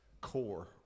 core